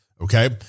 okay